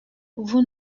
vous